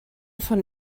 von